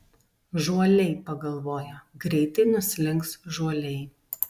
žuoliai pagalvojo greitai nuslinks žuoliai